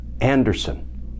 anderson